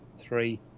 three